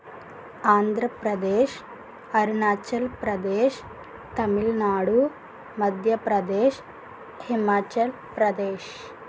Andhra Pradesh Arunachal Pradesh Tamil Nadu Madhya Pradesh Himachal Pradesh